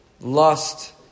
lust